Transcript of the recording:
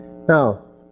now